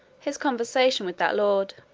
his conversation with that lord.